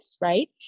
right